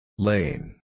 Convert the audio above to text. Lane